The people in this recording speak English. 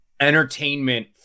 entertainment